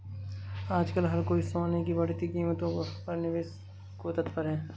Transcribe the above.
आजकल हर कोई सोने की बढ़ती कीमतों पर निवेश को तत्पर है